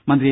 മന്ത്രി എ